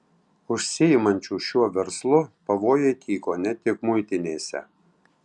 užsiimančių šiuo verslu pavojai tyko ne tik muitinėse